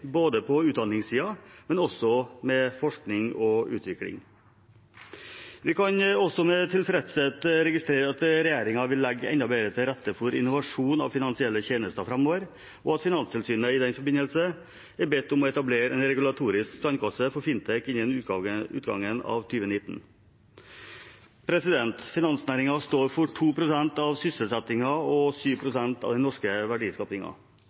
både på utdanningssiden og når det gjelder forskning og utvikling. Vi kan også med tilfredshet registrere at regjeringen vil legge enda bedre til rette for innovasjon innen finansielle tjenester framover, og at Finanstilsynet i den forbindelse er blitt bedt om å etablere en regulatorisk sandkasse for Fintec innen utgangen av 2019. Finansnæringen står for 2 pst. av sysselsettingen og 7 pst. av den norske